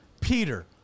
Peter